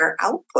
output